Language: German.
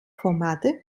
formate